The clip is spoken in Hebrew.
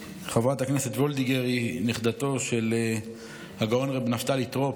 חברת הכנסת וולדיגר היא נכדתו של הגאון רבי נפתלי טרופ,